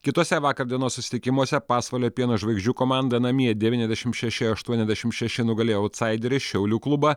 kituose vakar dienos susitikimuose pasvalio pieno žvaigždžių komanda namie devyniasdešim šeši aštuoniasdešim šeši nugalėjo autsaiderį šiaulių klubą